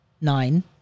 Nine